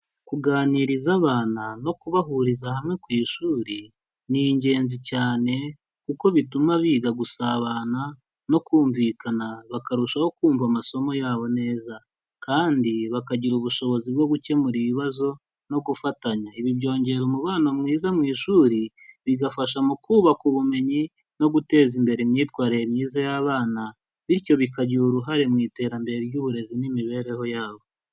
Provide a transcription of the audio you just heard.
Kuganiriza abana no kubahuriza hamwe ku ishuri ni ingenzi cyane, kuko bituma biga gusabana no kumvikana bakarushaho kumva amasomo yabo neza, kandi bakagira ubushobozi bwo gukemura ibibazo no gufatanya. Ibi byongera umubano mwiza mu ishuri, bigafasha mu kubaka ubumenyi no guteza imbere imyitwarire myiza y'abana, bityo bikagira uruhare mu iterambere ry'uburezi n'imibereho yabo.